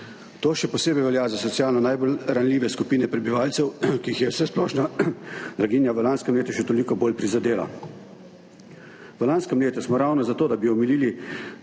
To še posebej velja za socialno najbolj ranljive skupine prebivalcev, ki jih je vsesplošna blaginja v lanskem letu še toliko bolj prizadela. V lanskem letu smo ravno zato, da bi omilili